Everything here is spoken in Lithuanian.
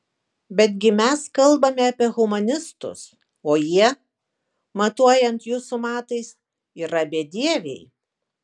betgi mes kalbame apie humanistus o jie matuojant jūsų matais yra bedieviai